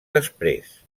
després